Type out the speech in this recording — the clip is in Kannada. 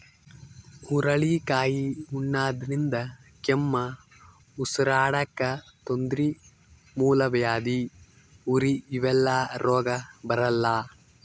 ಹುರಳಿಕಾಯಿ ಉಣಾದ್ರಿನ್ದ ಕೆಮ್ಮ್, ಉಸರಾಡಕ್ಕ್ ತೊಂದ್ರಿ, ಮೂಲವ್ಯಾಧಿ, ಉರಿ ಇವೆಲ್ಲ ರೋಗ್ ಬರಲ್ಲಾ